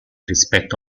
rispetto